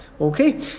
Okay